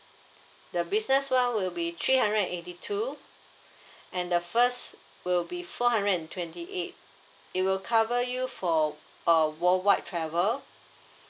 the business [one] will be three hundred and eighty two and the first will be four hundred and twenty eight it will cover you for uh worldwide travel